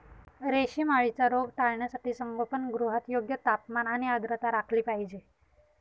रेशीम अळीचा रोग टाळण्यासाठी संगोपनगृहात योग्य तापमान आणि आर्द्रता राखली पाहिजे